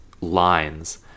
lines